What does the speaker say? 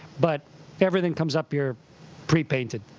but everything comes up here pre-painted.